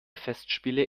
festspiele